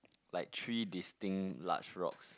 like three distinct large rocks